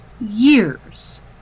years